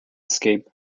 escape